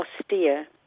austere